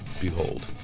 behold